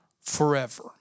forever